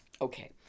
Okay